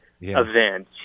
event